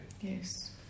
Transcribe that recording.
Yes